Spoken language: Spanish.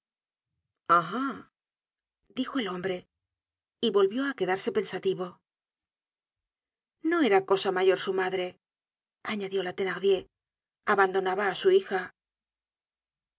dijo el hombre y volvió á quedarse pensativo no era cosa mayor su madre añadió la thenardier abandonaba á su hija